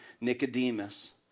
Nicodemus